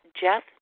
Jeff